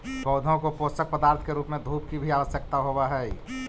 पौधों को पोषक पदार्थ के रूप में धूप की भी आवश्यकता होवअ हई